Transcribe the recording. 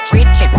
rich